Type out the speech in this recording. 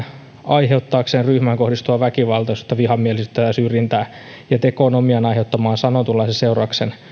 aiheuttaakseen ryhmään kohdistuvaa väkivaltaisuutta vihamielisyyttä tai syrjintää ja teko on omiaan aiheuttamaan sanotunlaisen seurauksen